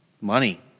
money